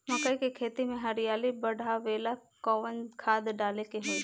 मकई के खेती में हरियाली बढ़ावेला कवन खाद डाले के होई?